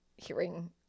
Hearing